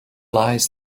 lies